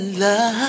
love